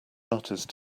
artist